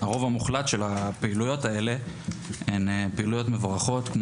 הרוב המוחלט של הפעילויות האלה הן פעילויות מבורכות כמו